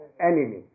enemy